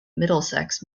middlesex